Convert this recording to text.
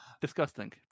Disgusting